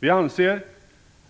Vi anser